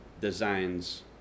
designs